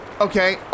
okay